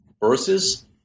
verses